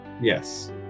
yes